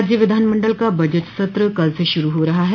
राज्य विधानमंडल का बजट सत्र कल से शुरू हो रहा है